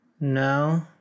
No